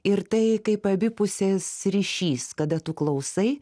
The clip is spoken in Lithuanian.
ir tai kaip abipusis ryšys kada tu klausai